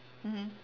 mmhmm